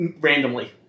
randomly